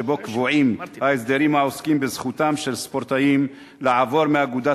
שבו קבועים ההסדרים העוסקים בזכותם של ספורטאים לעבור מאגודת